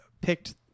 picked